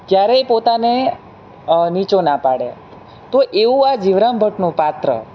ક્યારેય પોતાને નીચો ના પાડે તો એવું આ જીવરામ ભટ્ટનું પાત્ર